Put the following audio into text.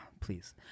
please